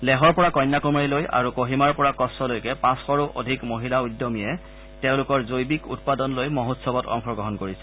লেহৰ পৰা কন্যাকুমাৰীলৈ আৰু কোহিমাৰ পৰা কচ্চলৈকে পাঁচশৰো অধিক মহিলা উদ্যমীয়ে তেওঁলোকৰ জৈৱিক উৎপাদন লৈ মহোৎসৱত অংশগ্ৰহণ কৰিছে